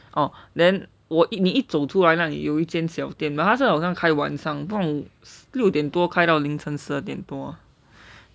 oh then 我一你一走出来那里有一间小店 but 他是好像是开晚上不懂六点多开到凌晨十二点多